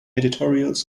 editorials